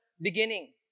beginning